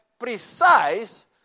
precise